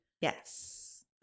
yes